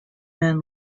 men